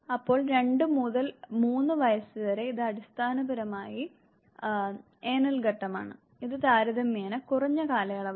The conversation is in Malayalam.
അപ്പോൾ രണ്ട് മുതൽ മൂന്ന് വയസ്സ് വരെ ഇത് അടിസ്ഥാനപരമായി എയ്നൾ ഘട്ടമാണ് ഇത് താരതമ്യേന കുറഞ്ഞ കാലയളവാണ്